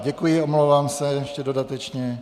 Děkuji, omlouvám se ještě dodatečně.